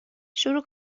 شروع